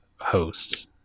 hosts